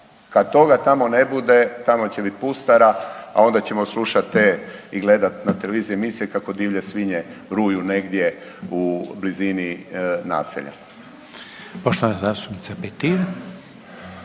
Kad toga tamo ne bude tamo će biti pustara, a onda ćemo slušati te i gledati na televiziji emisije kako divlje svinje ruju negdje u blizini naselja.